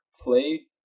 play